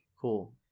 Cool